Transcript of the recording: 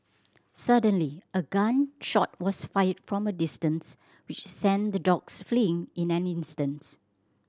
suddenly a gun shot was fired from a distance which sent the dogs fleeing in an instants